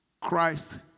Christ